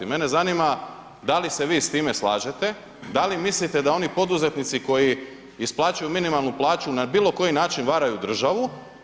Mene zanima da li se vi s time slažete, da li mislite da oni poduzetnici koji isplaćuju minimalnu plaću na bilo koji način varaju državu?